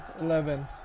eleven